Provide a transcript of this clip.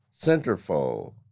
centerfold